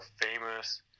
famous